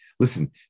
Listen